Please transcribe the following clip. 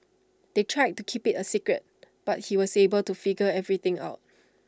they tried to keep IT A secret but he was able to figure everything out